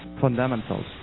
fundamentals